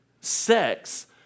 Sex